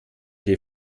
dir